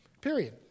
period